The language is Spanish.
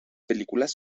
películas